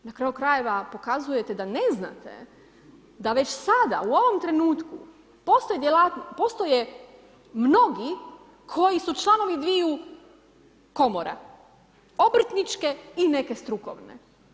Na kraju krajeva pokazujete da ne znate, da već sada u ovom trenutku postoje mnogi koji su članovi dviju komora, obrtničke i neke strukovne.